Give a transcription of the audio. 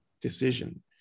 decision